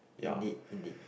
indeed indeed